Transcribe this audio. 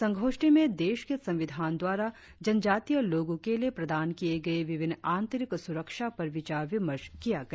संगोष्ठी में देश के संविधान द्वारा जनजातिय लोगों के लिए प्रदान किए गए विभिन्न आंतरिक सुरक्षा पर विचार विमर्श किया गया